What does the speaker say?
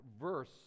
verse